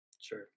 Sure